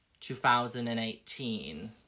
2018